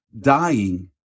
dying